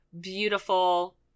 beautiful